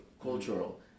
cultural